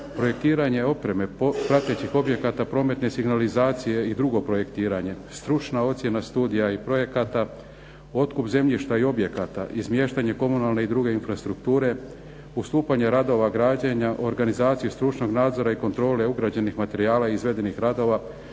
projektiranje opreme pratećih objekata prometne signalizacije i drugo projektiranje, stručna ocjena studija i projekata, otkup zemljišta i objekata, izmještanje komunalne i druge infrastrukture, ustupanje radova građenja, organizacija stručnog nadzora i kontrole ugrađenih materijala izvedenih radova,